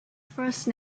first